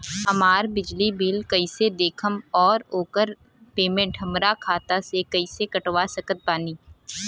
हमार बिजली बिल कईसे देखेमऔर आउर ओकर पेमेंट हमरा खाता से कईसे कटवा सकत बानी?